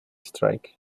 strike